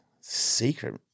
secret